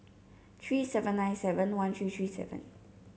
three seven nine seven one three three seven